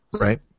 Right